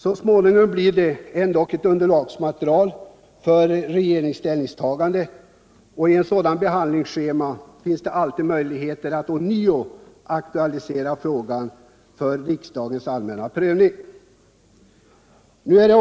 Så småningom blir det ett underlagsmaterial för regeringens ställningstagande, och i ett sådant behandlingsschema finns det alltid möjligheter att ånyo aktualisera frågan för en allmän prövning av riksdagen.